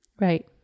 right